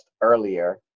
earlier